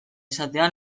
izatea